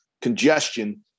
congestion